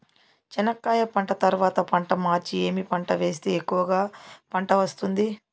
చెనక్కాయ పంట తర్వాత పంట మార్చి ఏమి పంట వేస్తే ఎక్కువగా పంట వస్తుంది?